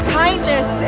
kindness